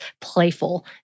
playful